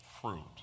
fruit